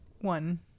One